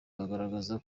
bagaragaza